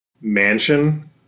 mansion